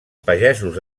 pagesos